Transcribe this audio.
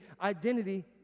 Identity